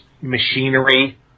machinery